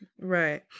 Right